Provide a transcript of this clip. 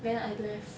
then I left